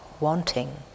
wanting